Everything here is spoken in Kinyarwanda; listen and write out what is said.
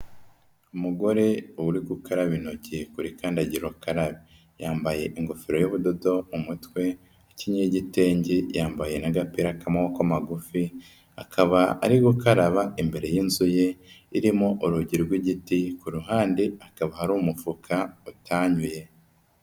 Umugore uri gukaraba intoki kuri kandagira ukarabe, yambaye ingofero y'ubudodo mu mutwe, akenyeye igitenge, yambaye agapira k'amaboko magufi, akaba ari gukaraba imbere y'inzu ye, irimo urugi rw'igiti, ku ruhande hakaba hari umufuka utanyuye.